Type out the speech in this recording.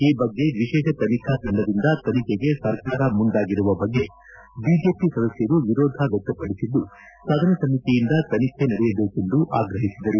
ಈ ಬಗ್ಗೆ ವಿಶೇಷ ತನಿಖಾ ತಂಡದಿಂದ ತನಿಖೆಗೆ ಸರ್ಕಾರ ಮುಂದಾಗಿರುವ ಬಗ್ಗೆ ಬಿಜೆಪಿ ಸದಸ್ಯರು ವಿರೋಧ ವ್ಯಕ್ತಪಡಿಸಿದ್ದು ಸದನ ಸಮಿತಿಯಿಂದ ತನಿಖೆ ನಡೆಯಬೇಕೆಂದು ಆಗ್ರಹಿಸಿದರು